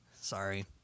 Sorry